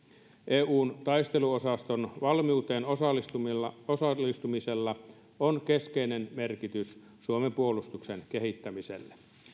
eun taisteluosaston valmiuteen osallistumisella osallistumisella on keskeinen merkitys suomen puolustuksen kehittämiselle